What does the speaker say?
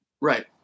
right